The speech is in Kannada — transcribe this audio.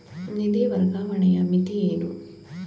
ನಿಧಿ ವರ್ಗಾವಣೆಯ ಮಿತಿ ಏನು?